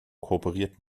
kooperiert